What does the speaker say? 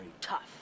Tough